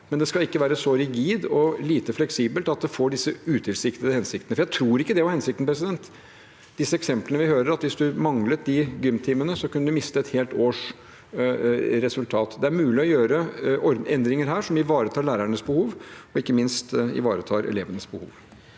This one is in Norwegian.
men det skal ikke være så rigid og lite fleksibelt at det får disse utilsiktede hensiktene. Jeg tror ikke det var hensikten – dette eksemplet vi hører, at hvis du manglet gymtimene, kunne du miste et helt års resultat. Det er mulig å gjøre endringer her som ivaretar lærernes behov, og ikke minst ivaretar elevenes behov.